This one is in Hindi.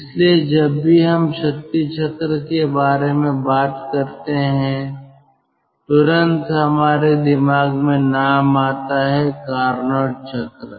इसलिए जब भी हम शक्ति चक्र के बारे में बात करते हैं तुरंत हमारे दिमाग में नाम आता है कार्नोट चक्र